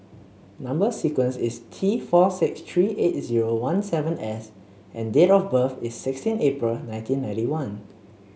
number sequence is T four six three eight zero one seven S and date of birth is sixteen April nineteen ninety one